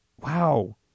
Wow